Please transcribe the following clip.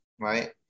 right